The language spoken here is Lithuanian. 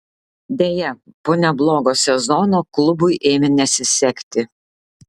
deja po neblogo sezono klubui ėmė nesisekti